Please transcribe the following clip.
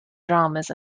dramas